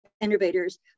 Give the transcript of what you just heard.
innovators